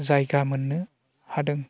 जायगा मोननो हादों